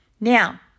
Now